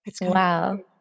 Wow